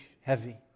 heavy